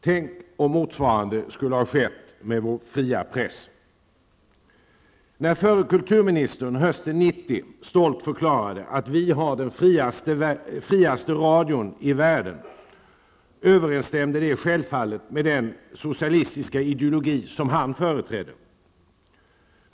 Tänk om motsvarande skulle ha skett med vår fria press! När förre kulturministern hösten 1990 stolt förklarade att vi har den friaste radion i världen överensstämde det självfallet med den socialistiska ideologin som han företrädde.